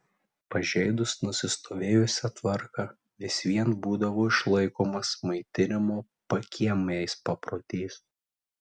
pažeidus nusistovėjusią tvarką vis vien būdavo išlaikomas maitinimo pakiemiais paprotys